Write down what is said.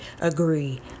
agree